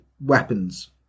weapons